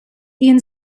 ian